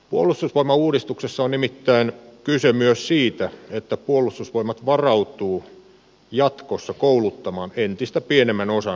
puolustusvoimauudistuksessa on nimittäin kyse myös siitä että puolustusvoimat varautuu jatkossa kouluttamaan entistä pienemmän osan miesikäluokasta